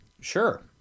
Sure